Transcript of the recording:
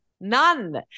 none